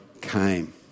came